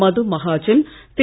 மது Mahajan திரு